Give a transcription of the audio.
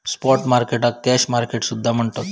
spot मार्केटाक cash market सुद्धा म्हणतत